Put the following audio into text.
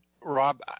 Rob